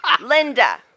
Linda